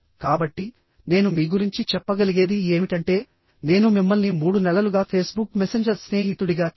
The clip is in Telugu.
కాబట్టి నేను మీ గురించి చెప్పగలిగేది ఏమిటంటే నేను మిమ్మల్ని మూడు నెలలుగా ఫేస్బుక్ మెసెంజర్ స్నేహితుడిగా తెలుసు